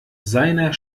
seiner